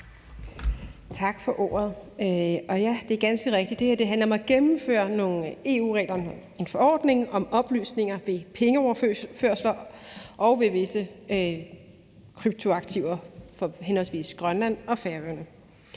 Tak for ordet. Det er ganske rigtigt, at det her handler om at gennemføre nogle EU-regler: en forordning om oplysninger ved pengeoverførsler og ved visse kryptoaktiver for henholdsvis Grønland og Færøerne.